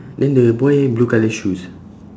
then the boy blue colour shoes